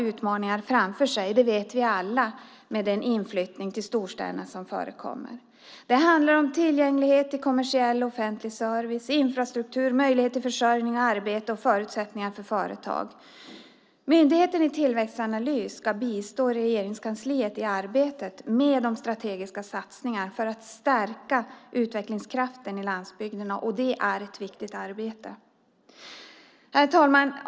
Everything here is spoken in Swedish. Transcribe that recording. Alla vet vi att landsbygden står inför utmaningar i och med utflyttningen till storstäderna. Det handlar om tillgänglighet till kommersiell och offentlig service, om infrastruktur, om möjligheter till försörjning och arbete och om företagens förutsättningar. Myndigheten Tillväxtanalys ska bistå Regeringskansliet i arbetet med strategiska satsningar för att stärka utvecklingskraften på landsbygden. Detta är ett viktigt arbete. Herr talman!